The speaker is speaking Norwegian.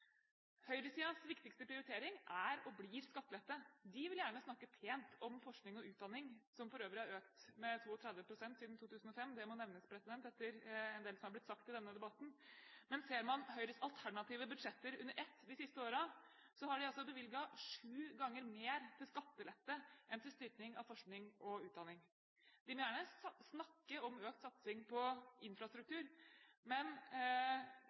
Høyresidens viktigste prioritering er og blir skattelette. De vil gjerne snakke pent om forskning og utdanning, som for øvrig har økt med 32 pst. siden 2005 – det må nevnes etter en del av det som er blitt sagt i denne debatten – men ser man Høyres alternative budsjetter under ett de siste årene, har de bevilget sju ganger mer til skattelette enn til styrking av forskning og utdanning. De må gjerne snakke om økt satsing på infrastruktur, men